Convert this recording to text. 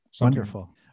Wonderful